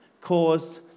caused